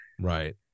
right